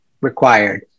required